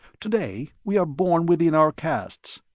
today, we are born within our castes.